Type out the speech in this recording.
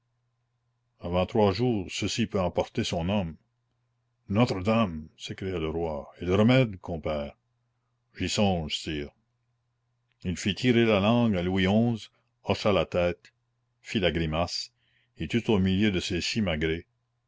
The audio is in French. avant trois jours ceci peut emporter son homme notre-dame s'écria le roi et le remède compère j'y songe sire il fit tirer la langue à louis xi hocha la tête fit la grimace et tout au milieu de